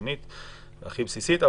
הראשונית והבסיסית.